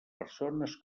persones